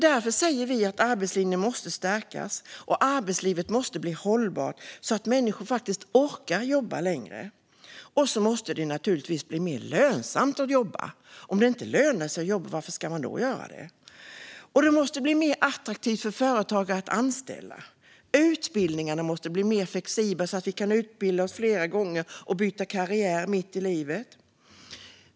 Därför säger vi att arbetslinjen måste stärkas och arbetslivet måste bli hållbart, så att människor orkar jobba längre. Och så måste det naturligtvis bli mer lönsamt att jobba. Om det inte lönar sig att jobba, varför ska man då göra det? Det måste bli mer attraktivt för företag att anställa. Utbildningarna måste bli mer flexibla, så att vi kan utbilda oss flera gånger och byta karriär mitt i livet.